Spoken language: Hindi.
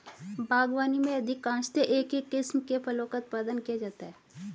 बागवानी में अधिकांशतः एक ही किस्म के फलों का उत्पादन किया जाता है